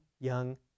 young